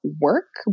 work